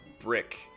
Brick